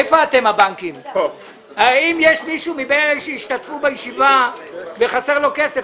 אם יש מישהו מבין אלה שהשתתפו בישיבה וחסר לו כסף,